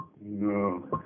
No